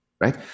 right